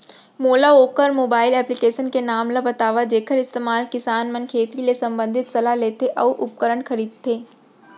मोला वोकर mobile application के नाम ल बतावव जेखर इस्तेमाल किसान मन खेती ले संबंधित सलाह लेथे अऊ उपकरण खरीदथे?